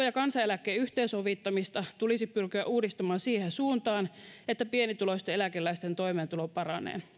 ja kansaneläkkeen yhteensovittamista tulisi pyrkiä uudistamaan siihen suuntaan että pienituloisten eläkeläisten toimeentulo paranee